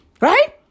right